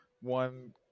one